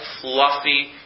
fluffy